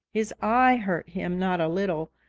his eye hurt him not a little,